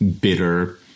bitter